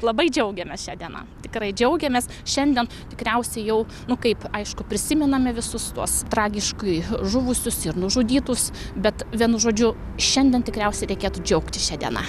labai džiaugiamės šia diena tikrai džiaugiamės šiandien tikriausiai jau nu kaip aišku prisimename visus tuos tragiškai žuvusius ir nužudytus bet vienu žodžiu šiandien tikriausiai reikėtų džiaugtis šia diena